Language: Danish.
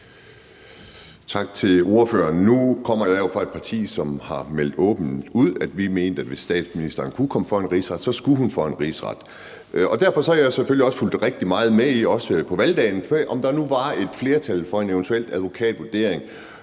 Tak til ordføreren. Nu kommer jeg jo fra et parti, som har meldt åbent ud, at vi mente, at hvis den fungerende statsminister kunne komme for en rigsret, skulle hun for en rigsret, og derfor har jeg selvfølgelig også fulgt rigtig meget med i, også på valgdagen, om der nu var et flertal for en eventuel advokatvurdering,